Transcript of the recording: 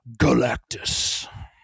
Galactus